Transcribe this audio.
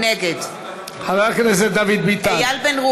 נגד חבר הכנסת דוד ביטן,